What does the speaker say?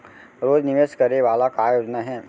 रोज निवेश करे वाला का योजना हे?